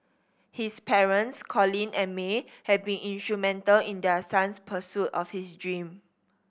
his parents Colin and May have been instrumental in their son's pursuit of his dream